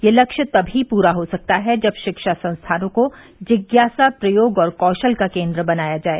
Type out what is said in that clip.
यह लक्ष्य तभी प्रा हो सकता है जब शिक्षा संस्थानों को जिज्ञासा प्रयोग और कौशल का केन्द्र बनाया जाए